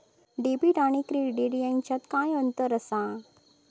Debit आणि credit ह्याच्यात काय अंतर असा?